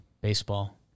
baseball